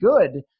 good